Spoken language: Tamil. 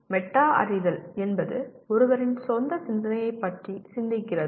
மெட்டா அறிதல் என்பது ஒருவரின் சொந்த சிந்தனையைப் பற்றி சிந்திக்கிறது